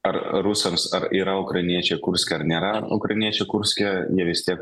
ar rusams ar yra ukrainiečiai kurske ar nėra ukrainiečiai kurske jie vis tiek